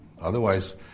otherwise